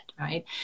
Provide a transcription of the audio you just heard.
right